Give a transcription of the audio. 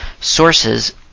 Sources